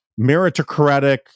meritocratic